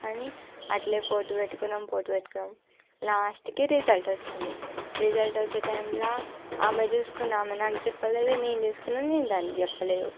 అని అట్లే పోటీ పెట్టుకున్నాము పోటీ పెట్టుకున్నాము లాస్ట్కి రిజల్ట్ వచ్చింది రిజల్ట్ వచ్చే టైంలో ఆమె చూసుకుంది ఆమె నాకు చెప్పలేదు నేను చూసుకున్నది దానికి చెప్పలేదు